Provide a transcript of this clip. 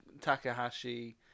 Takahashi